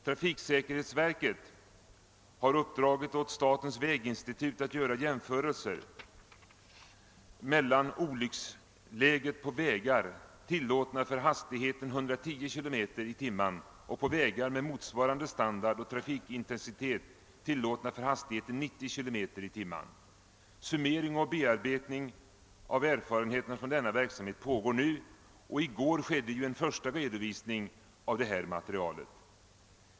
Trafiksäkerhetsverket har uppdragit åt statens väginstitut att göra jämförelser mellan olycksläget på vägar tillåtna för hastigheten 110 km tim. Summering och bearbetning av erfarenheterna från denna verksamhet pågår nu, och i går skedde en första redovisning av detta material.